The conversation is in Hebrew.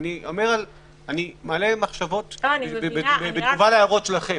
אני מעלה מחשבות בתגובה להערות שלכם.